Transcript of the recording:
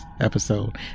episode